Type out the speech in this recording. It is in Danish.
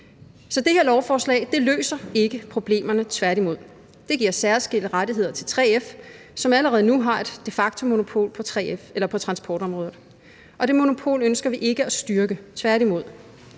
Så det her lovforslag løser ikke problemerne – tværtimod. Det giver særskilte rettigheder til 3F, som allerede nu har et de facto-monopol på transportområdet, og det monopol ønsker vi ikke at styrke – tværtimod.